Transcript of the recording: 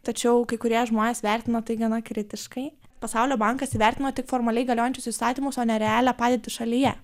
tačiau kai kurie žmonės vertino tai gana kritiškai pasaulio bankas įvertino tik formaliai galiojančius įstatymus o ne realią padėtį šalyje